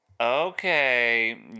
okay